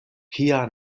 kia